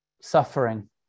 suffering